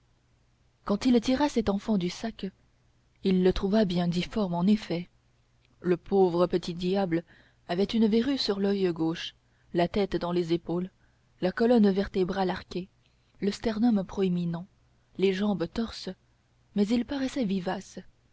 quand il tira cet enfant du sac il le trouva bien difforme en effet le pauvre petit diable avait une verrue sur l'oeil gauche la tête dans les épaules la colonne vertébrale arquée le sternum proéminent les jambes torses mais il paraissait vivace